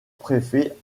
préfet